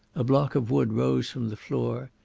a block of wood rose from the floor,